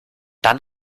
dann